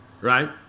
right